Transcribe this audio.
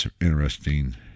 interesting